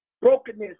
brokenness